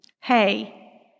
Hey